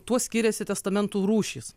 tuo skyrėsi testamentų rūšys